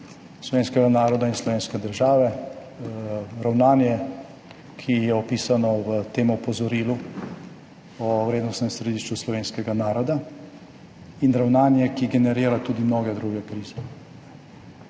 slovenskega naroda in slovenske države. Ravnanje, ki je opisano v tem opozorilu o vrednostnem središču slovenskega naroda, in ravnanje, ki generira tudi mnoge druge krize.